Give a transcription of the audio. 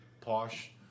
posh